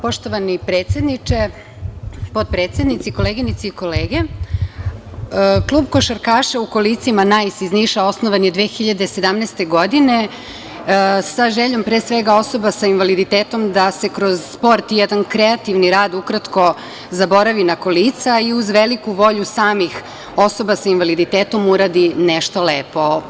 Poštovani predsedniče, potpredsednici, koleginice i kolege, klub košarkaša u kolicima „Nais“ iz Niša osnovan je 2017. godine, sa željom, pre svega, osoba sa invaliditetom da se kroz sport i jedan kreativni rad ukratko zaboravi na kolica i uz veliku volju samih osoba sa invaliditetom uradi nešto lepo.